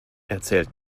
erzählt